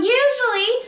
usually